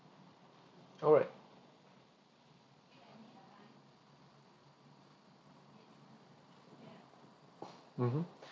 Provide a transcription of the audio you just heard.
alright mmhmm